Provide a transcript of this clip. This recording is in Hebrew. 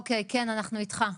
אוקיי כן אנחנו איתך.